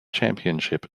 championship